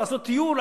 לעשות טיול,